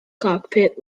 cockpit